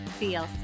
CLC